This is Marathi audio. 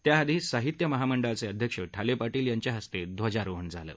त्याआधी साहित्य महामंडळाचे अध्यक्ष ठाले पाटील यांच्या हस्ते ध्वजारोहण झालं